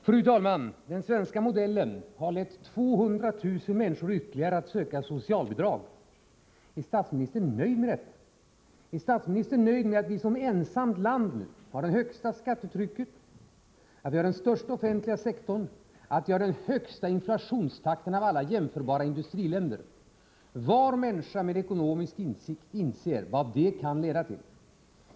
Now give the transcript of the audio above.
Fru talman! Den svenska modellen har lett ytterligare 200 000 människor tillatt söka socialbidrag. Är statsministern nöjd med detta? Är statsministern nöjd med att vi som ensamt land har det högsta skattetrycket, att vi har den största offentliga sektorn, att vi har den högsta inflationstakten av alla jämförbara industriländer? Var människa med ekonomisk insikt inser vad det kan leda till.